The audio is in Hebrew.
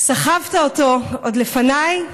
סחבת אותו עוד לפניי,